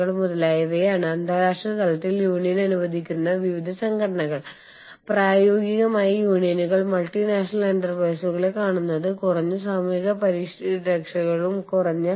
നമ്മൾ ധാരാളം വിദേശ പൌരന്മാരെ ജോലിയിൽ നിയമിക്കുന്ന മേഖലകളിലൊന്ന് എയർലൈൻ വ്യവസായമാണെന്ന് മുൻ പ്രഭാഷണത്തിൽ ഞാൻ നിങ്ങളോട് പറഞ്ഞിരുന്നു